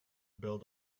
build